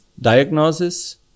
Diagnosis